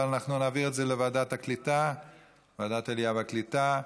אנחנו נעביר את זה לוועדת העלייה והקליטה.